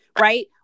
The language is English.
Right